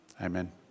amen